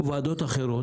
ו-וועדות אחרות,